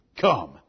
Come